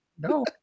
no